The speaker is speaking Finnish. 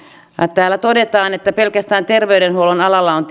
täällä todetaan että pelkästään terveydenhuollon alalla on